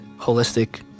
Holistic